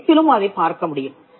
அனைத்திலும் அதைப் பார்க்க முடியும்